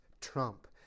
trump